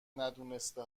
ندونسته